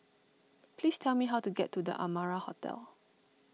please tell me how to get to the Amara Hotel